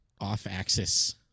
off-axis